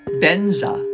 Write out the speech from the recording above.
benza